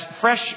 fresh